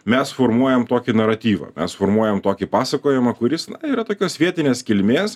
mes formuojam tokį naratyvą mes formuojam tokį pasakojimą kuris yra tokios vietinės kilmės